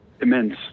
immense